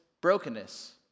brokenness